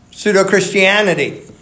Pseudo-Christianity